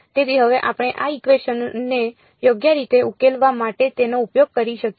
તેથી હવે આપણે આ ઇકવેશન ને યોગ્ય રીતે ઉકેલવા માટે તેનો ઉપયોગ કરી શકીએ છીએ